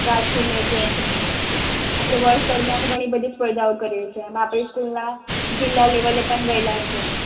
રાખી making આપણે વર્ષ દરમિયાન ઘણી બધી સ્પર્ધાઓ કરીએ છીએ એમા આપણી સ્કૂલમાં જિલ્લા લેવલે પણ ગએલા છે